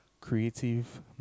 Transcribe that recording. creative